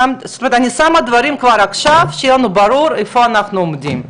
זאת אומרת אני שמה דברים כבר עכשיו שיהיה לנו ברור איך אנחנו עומדים.